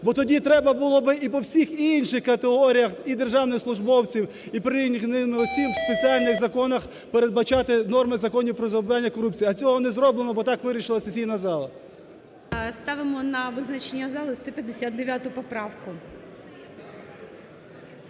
бо тоді треба було би і по всіх інших категоріях і державних службовців, і прирівняних до них осіб в спеціальних законах передбачати норми законів про запобігання корупції, а цього не зроблено, бо так вирішила сесійна зала. ГОЛОВУЮЧИЙ. Ставимо на визначення залу 159 поправку.